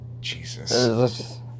Jesus